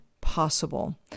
possible